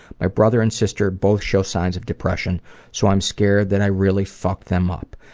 my brother and sister both show signs of depression so i'm scared that i really fucked them up.